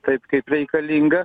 taip kaip reikalinga